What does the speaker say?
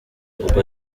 ubwo